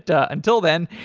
ah until then.